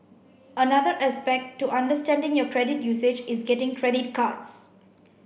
another aspect to understanding your credit usage is getting credit cards